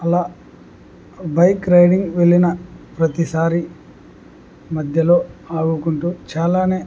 అలా bike riding వెళ్ళిన ప్రతిసారి మధ్యలో ఆవుకుంటూ చాలానే